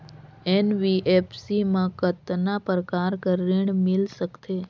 NBFC मा कतना प्रकार कर ऋण मिल सकथे?